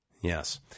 Yes